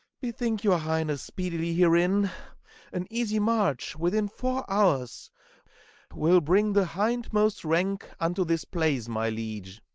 bethink your highness speedily herein an easy march within four hours will bring the hindmost rank unto this place, my liege.